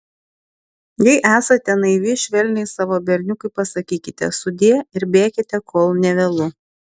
jei esate naivi švelniai savo berniukui pasakykite sudie ir bėkite kol nevėlu